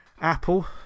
Apple